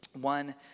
one